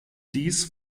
dies